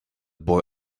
boy